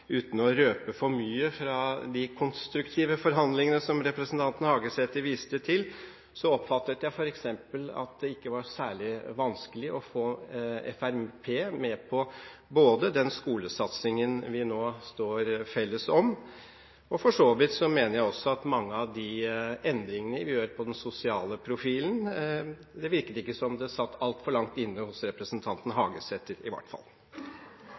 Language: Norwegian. Uten å røpe for mye fra de konstruktive forhandlingene som representanten Hagesæter viste til, oppfattet jeg f.eks. at det ikke var særlig vanskelig å få Fremskrittspartiet med på skolesatsingen vi nå står felles om. Jeg mener for så vidt også at når det gjelder mange av de endringene vi gjør på den sosiale profilen, virker det i hvert fall ikke som det sitter altfor langt inne hos representanten